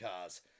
cars